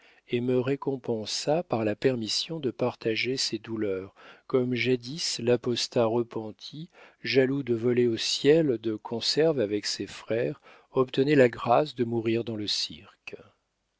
et me récompensa par la permission de partager ses douleurs comme jadis